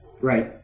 Right